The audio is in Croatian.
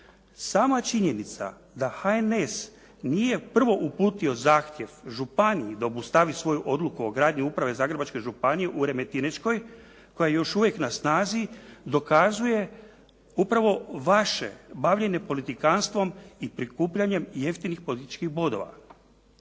Sama činjenica da HNS nije prvo uputio zahtjev županiji da obustavi svoju odluku o gradnji uprave Zagrebačke županije u Remetinečkoj koja je još uvijek na snazi, dokazuje upravo vaše bavljenje politikanstvom i prikupljanjem jeftinih političkih bodova.